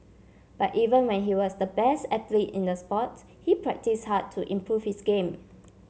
but even when he was the best athlete in the sport he practised hard to improve his game